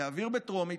להעביר בטרומית,